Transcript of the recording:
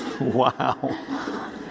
wow